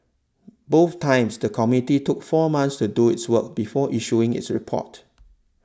both times the committee took four months to do its work before issuing its report